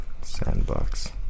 sandbox